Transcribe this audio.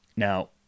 Now